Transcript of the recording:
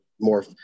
more